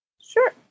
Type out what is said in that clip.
Sure